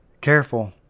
careful